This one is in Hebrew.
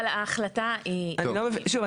אבל ההחלטה היא --- שוב,